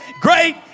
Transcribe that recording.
great